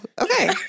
Okay